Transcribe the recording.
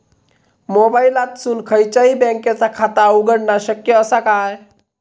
मोबाईलातसून खयच्याई बँकेचा खाता उघडणा शक्य असा काय?